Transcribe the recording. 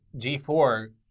G4